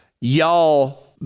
y'all